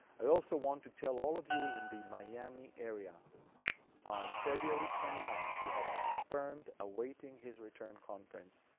i also want to tell all of you in the miami area on february twenty ninth, we have a confirmed awaiting his return conference.